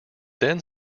then